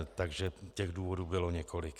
Takže těch důvodů bylo několik.